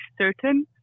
certain